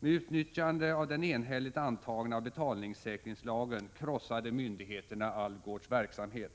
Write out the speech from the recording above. Med utnyttjande av den enhälligt antagna betalningssäkringslagen krossade myndigheterna Alvgaards verksamhet.